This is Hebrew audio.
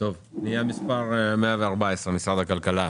מי בעד אישור פנייה מספר 114, משרד הכלכלה?